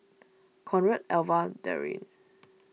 Conrad Alva Darrin